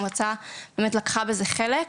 המועצה באמת לקחה בזה חלק.